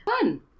Fun